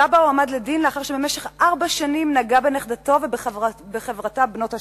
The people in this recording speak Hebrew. סבא הועמד לדין לאחר שבמשך ארבע שנים נגע בנכדתו ובחברתה בנות השמונה.